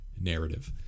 narrative